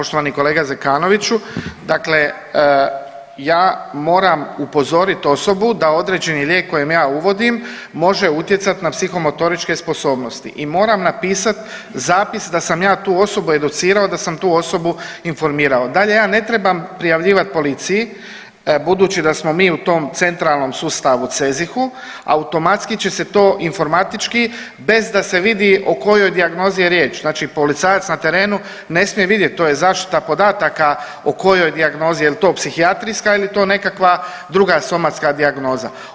Poštovani kolega Zekanoviću, dakle ja moram upozorit osobu da određeni lijek kojem ja uvodim može utjecat na psihomotoričke sposobnosti i moram napisat zapis da sam ja tu osobu educirao, da sam tu osobu informirao, dalje ja ne trebam prijavljivat policiji budući da smo mi u tom centralnom sustavu CEZIH-u automatski će se to informatički bez da se vidi o kojoj dijagnozi je riječ, znači policajac na terenu ne smije vidjet, to je zaštita podataka o kojoj dijagnozi jel to psihijatrijska il je to nekakva druga somatska dijagnoza.